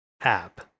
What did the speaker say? app